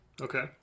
okay